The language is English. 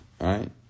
Right